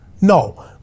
No